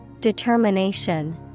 Determination